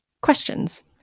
questions